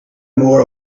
more